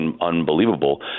unbelievable